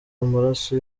amaraso